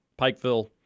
Pikeville